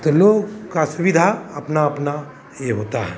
तो लोगों का सुविधा अपना अपना यह होता है